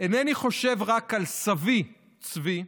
אינני חושב רק על סבי, צבי,